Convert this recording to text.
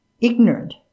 ignorant